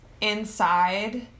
inside